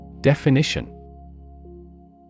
Definition